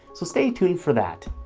so stay tuned for that.